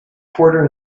quarter